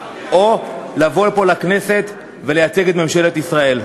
או לבוא לפה לכנסת ולייצג את ממשלת ישראל.